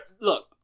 Look